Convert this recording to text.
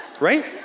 right